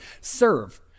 serve